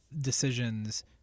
decisions